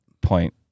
point